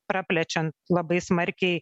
praplečiant labai smarkiai